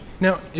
Now